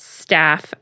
staff